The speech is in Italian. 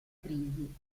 crisi